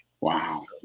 Wow